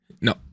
No